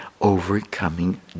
overcoming